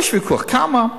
יש ויכוח כמה,